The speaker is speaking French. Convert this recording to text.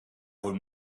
rôle